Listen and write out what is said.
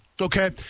Okay